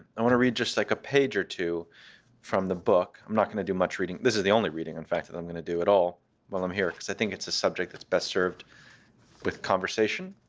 i want to read just, like, a page or two from the book. i'm not going to do much reading. this is the only reading, in fact, that i'm going to do at all while i'm here. cause i think it's a subject that's best served with conversation.